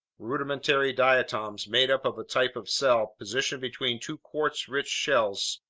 rudimentary diatoms made up of a type of cell positioned between two quartz-rich shells,